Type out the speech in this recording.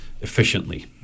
efficiently